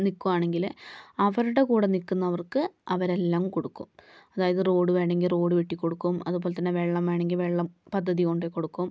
നിൽക്കുവാണെങ്കില് അവരുടെ കൂടെ നിൽക്കുന്നവർക്ക് അവരെല്ലാം കൊടുക്കും അതായത് റോഡ് വേണമെങ്കിൽ റോഡ് വെട്ടി കൊടുക്കും അതുപോലെ തന്നെ വെള്ളം വേണമെങ്കിൽ വെള്ളം പദ്ധതി കൊണ്ട് കൊടുക്കും